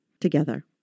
together